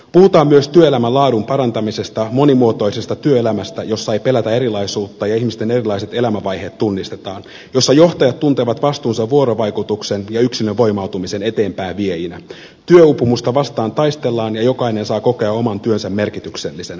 puhutaan myös työelämän laadun parantamisesta monimuotoisesta työelämästä jossa ei pelätä erilaisuutta ja ihmisten erilaiset elämänvaiheet tunnistetaan jossa johtajat tuntevat vastuunsa vuorovaikutuksen ja yksilön voimautumisen eteenpäinviejinä työuupumusta vastaan taistellaan ja jokainen saa kokea oman työnsä merkityksellisenä